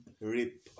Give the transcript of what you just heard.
Rip